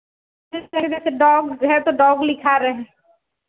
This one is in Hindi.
जिस तरीके से डॉग्स है तो डॉग लिखा रहे